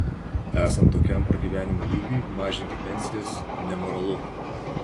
esant tokiam pragyvenimo lygiui mažinti pensijas nemoralu